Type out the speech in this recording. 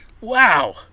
Wow